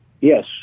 Yes